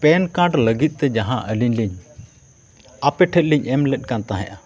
PAN card ᱞᱟᱹᱜᱤᱫ ᱛᱮ ᱡᱟᱦᱟᱸ ᱟᱹᱞᱤᱧ ᱞᱤᱧ ᱟᱯᱮ ᱴᱷᱮᱱ ᱞᱤᱧ ᱮᱢ ᱞᱮᱫ ᱠᱟᱱ ᱛᱟᱦᱮᱸᱜᱼᱟ